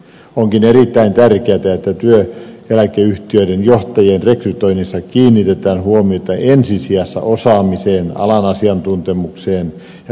onkin erittäin tärkeätä että työeläkeyhtiöiden johtajien rekrytoinnissa kiinnitetään huomiota ensi sijassa osaamiseen alan asiantuntemukseen ja johtamistaitoihin